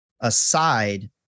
aside